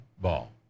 ball